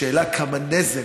השאלה היא כמה נזק,